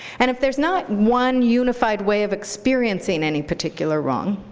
and if there's not one unified way of experiencing any particular wrong,